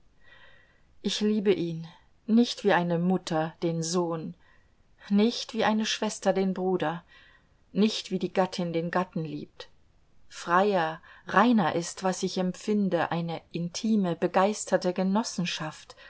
ich liebe ihn nicht wie eine mutter den sohn nicht wie eine schwester den bruder nicht wie die gattin den gatten liebt freier reiner ist was ich empfinde eine intime begeisterte genossenschaft